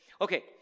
Okay